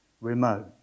remote